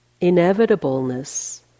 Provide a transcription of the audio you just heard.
inevitableness